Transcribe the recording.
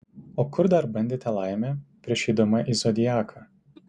o kur dar bandėte laimę prieš eidama į zodiaką